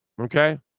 Okay